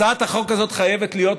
הצעת החוק הזאת חייבת להיות,